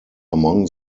among